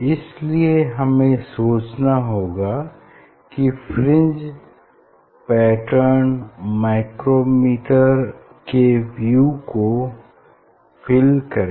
इसलिए हमें सोचना होगा की फ्रिंज पैटर्न माइक्रोमीटर के व्यू को फिल करे